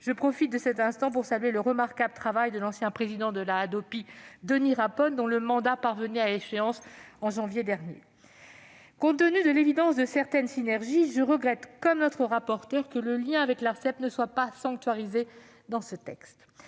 Je profite de cet instant pour saluer le remarquable travail de l'ancien président de la Hadopi, Denis Rapone, dont le mandat parvenait à échéance en janvier dernier. Compte tenu de l'évidence de certaines synergies, je regrette, comme notre rapporteur, que le lien avec l'Arcep ne soit pas sanctuarisé dans ce texte.